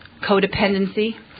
Codependency